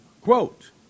quote